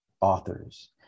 authors